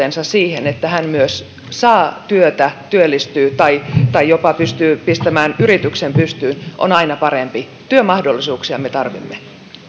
siihen että hän myös saa työtä työllistyy tai tai jopa pystyy pistämään yrityksen pystyyn ovat aina paremmat työmahdollisuuksia me tarvitsemme tähän